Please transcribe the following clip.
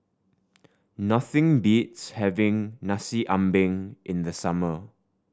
nothing beats having Nasi Ambeng in the summer